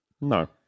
No